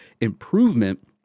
improvement